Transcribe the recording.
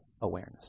awareness